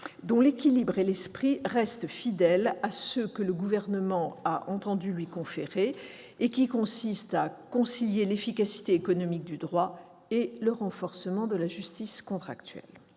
dont l'équilibre et l'esprit restent fidèles à ceux que le Gouvernement a entendu lui conférer : concilier l'efficacité économique du droit et le renforcement de la justice contractuelle.